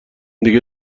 دیگه